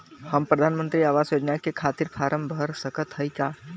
हम प्रधान मंत्री आवास योजना के खातिर फारम भर सकत हयी का?